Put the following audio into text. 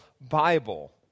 Bible